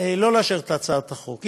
לא לאשר את הצעת החוק.